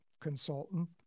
consultant